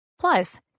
Plus